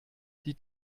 die